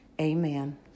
Amen